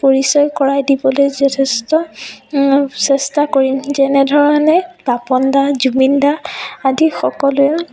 পৰিচয় কৰাই দিবলৈ যথেষ্ট চেষ্টা কৰিম যেনে ধৰণে পাপন দা জুবিন দা আদি সকলোৱে